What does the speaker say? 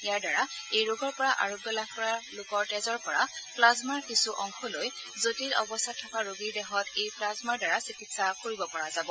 ইয়াৰ দ্বাৰা এই ৰোগৰ পৰা আৰোগ্য লাভ কৰা লোকৰ তেজৰ পৰা প্লাজমাৰ কিছু অংশ লৈ জটিল অৱস্থাত থকা ৰোগীৰ দেহত এই প্লাজমাৰ দ্বাৰা চিকিৎসা কৰিব পৰা যাব